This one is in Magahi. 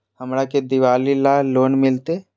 हमरा के दिवाली ला लोन मिलते?